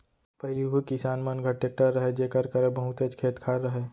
पहिली उही किसान मन घर टेक्टर रहय जेकर करा बहुतेच खेत खार रहय